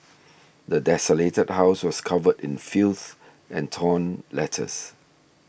the desolated house was covered in filth and torn letters